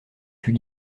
fut